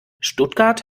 stuttgart